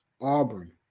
Auburn